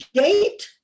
gate